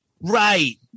Right